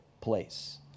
place